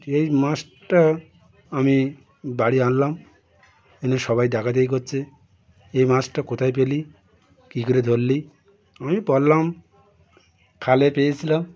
এই মাছটা আমি বাড়ি আনলাম এনে সবাই দেখাদেখি করছে এই মাছটা কোথায় পেলি কী করে ধরলি আমি বললাম খালে পেয়েছিলাম